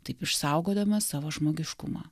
taip išsaugodamas savo žmogiškumą